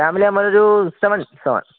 family നമ്മൾ ഒരു seven seven